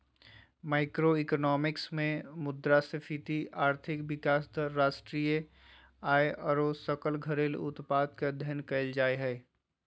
macroeconomics मे मुद्रास्फीति, आर्थिक विकास दर, राष्ट्रीय आय आरो सकल घरेलू उत्पाद के अध्ययन करल जा हय